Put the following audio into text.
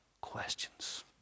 questions